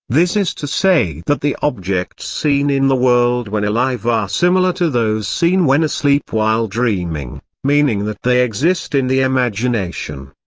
this is to say that the objects seen in the world when alive are similar to those seen when asleep while dreaming, meaning that they exist in the imagination.